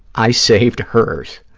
i saved hers.